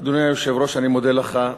אדוני היושב-ראש, אני מודה לך,